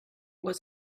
was